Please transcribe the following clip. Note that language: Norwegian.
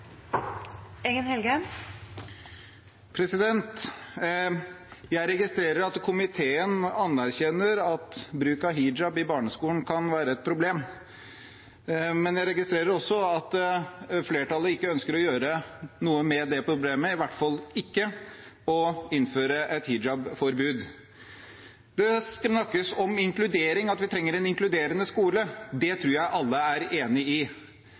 Jeg registrerer at komiteen anerkjenner at bruk av hijab i barneskolen kan være et problem, men jeg registrerer også at flertallet ikke ønsker å gjøre noe med det problemet, i hvert fall ikke å innføre et hijabforbud. Det snakkes om inkludering, at vi trenger en inkluderende skole. Det tror jeg alle er enig i.